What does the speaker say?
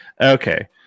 Okay